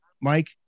Mike